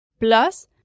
Plus